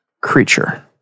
creature